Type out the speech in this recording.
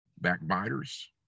backbiters